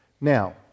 Now